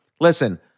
listen